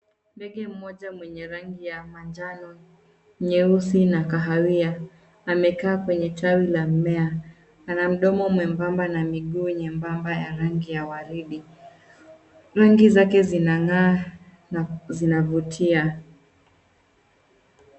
Ndega moja mwenye rangi ya manjano, nyeusi na kahawia amekaa kwenye tawi la mmea. Ana mdomo mwebamba na miguu nyebamba ya rangi ya waridi. Rangi zake zinang'aa na zinavutia.